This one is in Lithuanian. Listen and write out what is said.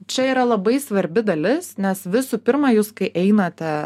čia yra labai svarbi dalis nes visų pirma jūs kai einate